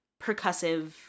percussive